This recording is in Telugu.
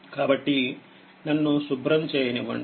కాబట్టినన్ను శుభ్రం చేయనివ్వండి